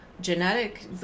genetic